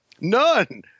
None